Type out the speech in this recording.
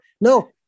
No